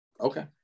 Okay